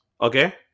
Okay